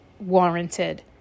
warranted